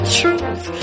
truth